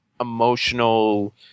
emotional